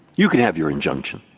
you can have your injunction